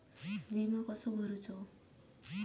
विमा कसो भरूचो?